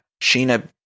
Sheena